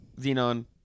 Xenon